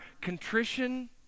contrition